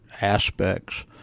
aspects